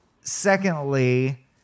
secondly